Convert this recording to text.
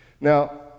Now